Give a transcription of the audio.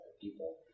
people